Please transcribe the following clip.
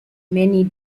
many